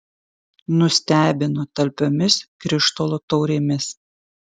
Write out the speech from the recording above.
nustebino talpiomis krištolo taurėmis